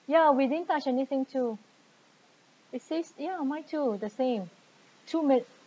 ya we didn't touch anything too it says ya mine too the same two minu~